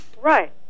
Right